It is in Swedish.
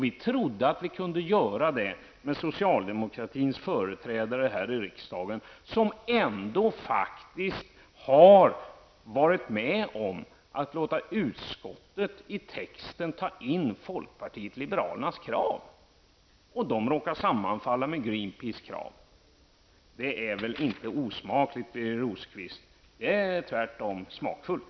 Vi trodde att vi kunde diskutera detta med socialdemokratins företrädare här i riksdagen, som ändå faktiskt har varit med om att låta utskottet i texten ta in folkpartiet liberalernas krav. De kraven råkar sammanfalla med Greenpeace krav. Det är väl inte osmakligt, Birger Rosqvist? Det är tvärtom smakfullt.